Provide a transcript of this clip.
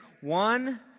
One